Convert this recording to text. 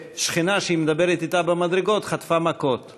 אישה לא צריכה להתבייש בזה ששכנה שהיא מדברת איתה במדרגות חטפה מכות,